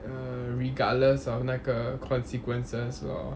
err regardless of 那个 consequences lor